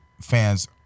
fans